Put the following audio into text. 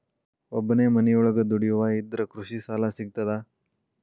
ಒಬ್ಬನೇ ಮನಿಯೊಳಗ ದುಡಿಯುವಾ ಇದ್ರ ಕೃಷಿ ಸಾಲಾ ಸಿಗ್ತದಾ?